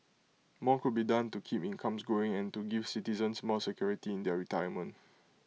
more could be done to keep incomes growing and to give citizens more security in their retirement